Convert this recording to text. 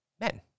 men